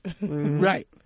Right